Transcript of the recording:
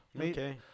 Okay